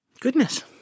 Goodness